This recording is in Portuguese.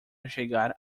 chegar